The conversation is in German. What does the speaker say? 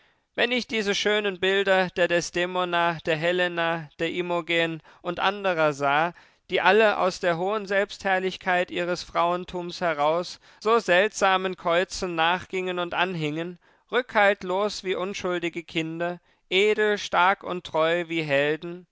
wenn ich diese schönen bilder der desdemona der helena der imogen und anderer sah die alle aus der hohen selbstherrlichkeit ihres frauentums heraus so seltsamen käuzen nachgingen und anhingen rückhaltlos wie unschuldige kinder edel stark und treu wie helden